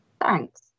Thanks